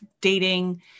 dating